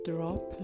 Drop